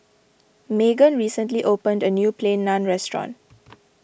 Maegan recently opened a new Plain Naan restaurant